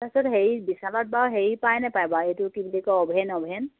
তাৰপিছত হেৰি বিশালত বাৰু হেৰি পায় নাপায় বাৰু এইটো কি বুলি কয় অ'ভেন অ'ভেন